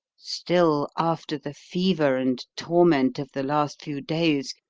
still, after the fever and torment of the last few days,